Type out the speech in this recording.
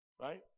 Right